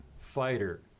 fighter